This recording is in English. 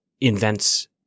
invents